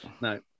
No